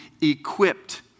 equipped